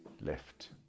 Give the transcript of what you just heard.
left